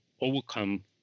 overcome